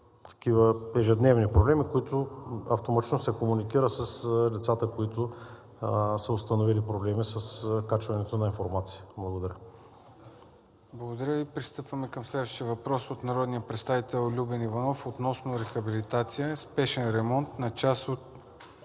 ежедневни проблеми, като автоматично се комуникира с лицата, които са установили проблеми с качването на информация. Благодаря. ПРЕДСЕДАТЕЛ ЦОНЧО ГАНЕВ: Благодаря Ви. Пристъпваме към следващия въпрос от народния представител Любен Иванов относно рехабилитация – спешен ремонт, на част от